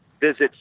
visit